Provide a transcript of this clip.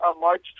March